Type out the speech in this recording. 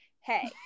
hey